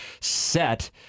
set